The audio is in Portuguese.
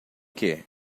que